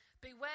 beware